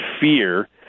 fear